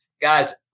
Guys